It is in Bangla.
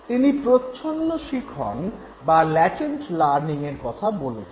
তিনি প্রচ্ছন্ন শিখন বা ল্যাটেন্ট লার্নিং এর কথা বলেছেন